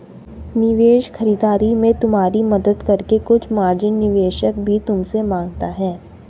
निवेश खरीदारी में तुम्हारी मदद करके कुछ मार्जिन निवेशक भी तुमसे माँगता है